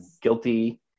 guilty